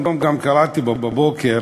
גם קראתי היום בבוקר